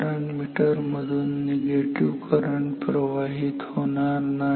कारण मीटर मधून negative current प्रवाहित होणार नाही